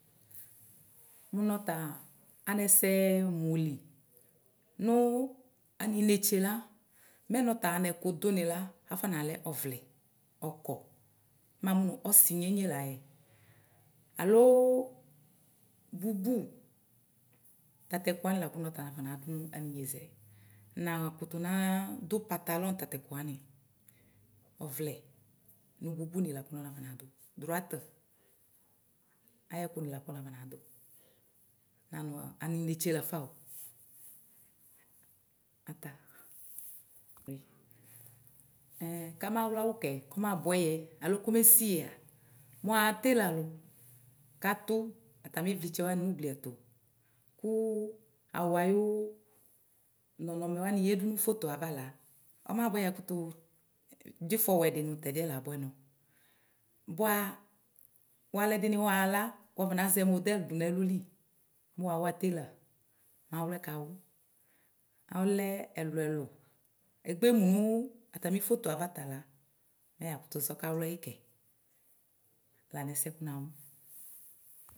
Mʋnɔ ta anɛsɛmʋ li nʋ anitse la mɛ nɔta anɛkʋ dʋni la akɔ nalɛ ɔvlɛ ɔkɔ mamʋnʋ ɔsi nyenye layɛ alo bubu tatʋ ɛkʋ wanɩ lakʋ nɔta nafɔ nadʋ nʋ anʋ inyezɛ nakʋtʋ nadʋ patalɔ nʋ tatɛkʋ wanɩ ɔvlɛ nʋ bubu ni lakʋ nɔta nakɔ nadʋ druat ayiɛkʋni lakʋ nɔ nafɔnadʋ anʋ inetse lafao ata wi. Kamawlɛ awʋ kɛ kɔmabʋɛyɛ alo kɔmesiyɛa mʋ axa telalʋ kʋ atʋ atami ivlitsɛ wani nʋ ʋglɩɛtʋ kʋ awʋɛ ayʋ nɔnɔmɛ wani yadʋ nʋ fotoe avala ɔmabʋɛyɛ yakʋtʋ dʋ ifɔwa ɛdi nʋ tɛdiɛ labʋɛnɔ bʋa wʋalʋ ɛdini waxa la wafɔnazɛ modɛl dʋnʋ ɛlʋli mʋ wawa tela mawlɛ kawʋ ɔlɛ ɛlʋ ɛlʋ egbemʋ nʋ atami foto ava tala mɛ yakʋtʋzɔ mɛawlɛyi kɛ lanʋ ɛsɛ kʋ namʋ.